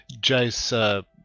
Jace